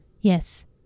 Yes